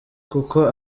kuko